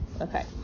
Okay